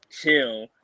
chill